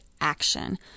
action